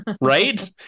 Right